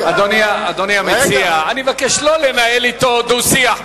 אדוני המציע, אני מבקש לא לנהל אתו דו-שיח.